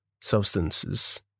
substances